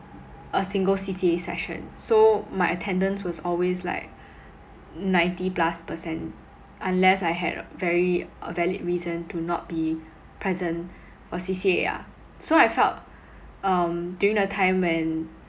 a single C_C_A session so my attendance was always like ninety plus percent unless I had a very a valid reason to not be present for C_C_A ah so I felt um during the time when